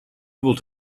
able